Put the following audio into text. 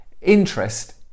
interest